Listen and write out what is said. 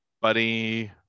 Buddy